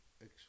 ex